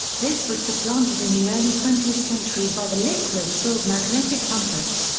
this was supplanted in the early twentieth century by the liquid-filled magnetic compass.